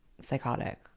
Psychotic